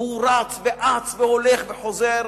והוא רץ ואץ והולך וחוזר,